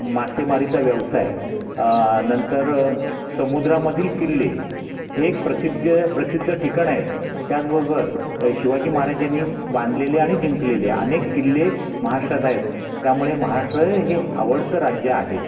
मासेमारीचा व्यवसाय नंतर समुद्रामधील किल्ले हे एक प्रसिद प्रसिद्ध ठिकाणे आहेत त्याच बरोबर शिवाजी महाराज ह्यांनी बांधलेले आणि जिंकलेले अनेक किल्ले महाराष्ट्रात आहेत त्यामुळं महाराष्ट्र हे आवडतं राज्य आहे